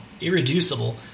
irreducible